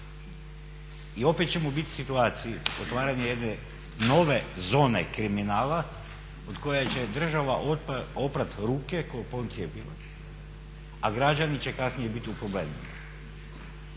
I opet ćemo bit u situaciji otvaranja jedne nove zone kriminala od koje će država oprat ruke kao Poncije Pilat, a građani će kasnije biti u problemu.